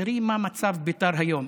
תראי מה מצב בית"ר היום,